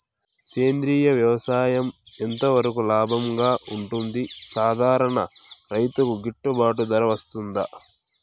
సేంద్రియ వ్యవసాయం ఎంత వరకు లాభంగా ఉంటుంది, సాధారణ రైతుకు గిట్టుబాటు ధర వస్తుందా?